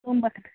تُمبکھ